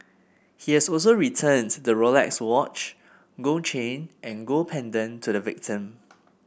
he has also returned the Rolex watch gold chain and gold pendant to the victim